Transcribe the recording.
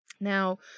Now